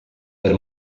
per